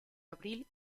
abril